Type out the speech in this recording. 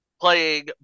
playing